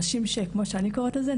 נשים שכמו שאני קוראת לזה,